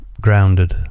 grounded